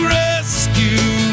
rescue